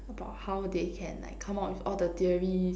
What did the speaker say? about how they can like come up with all the theories